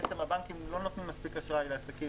שהבנקים לא נותנים מספיק אשראי לעסקים